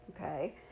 okay